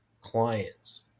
clients